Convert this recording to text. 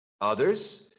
others